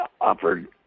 offered